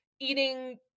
eating